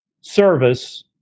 service